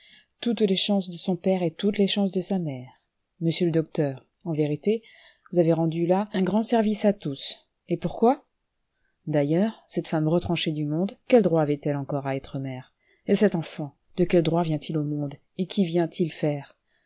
toutes les chances de son père et toutes les chances de sa mère monsieur le docteur en vérité vous avez rendu là un grand service à tous et pourquoi d'ailleurs cette femme retranchée du monde quels droits avait-elle encore à être mère et cet enfant de quel droit vient-il au monde et qu'y vient-il faire